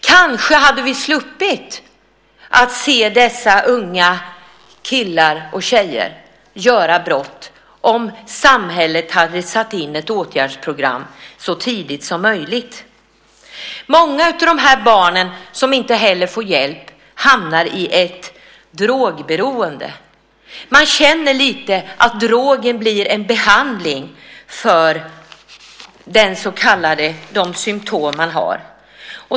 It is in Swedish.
Kanske hade vi sluppit att se dessa unga killar och tjejer begå brott om samhället hade satt in ett åtgärdsprogram så tidigt som möjligt. Många av dessa barn som inte får hjälp hamnar i ett drogberoende. Man känner lite att drogen blir en behandling mot de symtom man har.